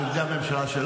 -- הממשלה,